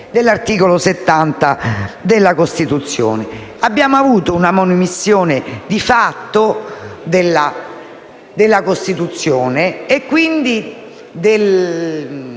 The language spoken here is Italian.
dell'articolo 70 della Costituzione. Abbiamo avuto una manomissione di fatto della Costituzione, del